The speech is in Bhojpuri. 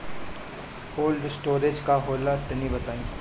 कोल्ड स्टोरेज का होला तनि बताई?